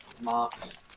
Mark's